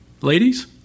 ladies